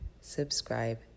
subscribe